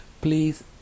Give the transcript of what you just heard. Please